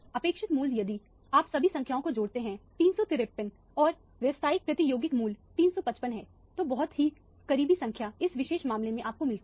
अपेक्षित मूल्य यदि आप सभी संख्याओं को जोड़ते हैं 353 और वास्तविक प्रायोगिक मूल्य 355 है तो बहुत ही करीबी संख्या इस विशेष मामले में आपको मिलती है